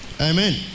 Amen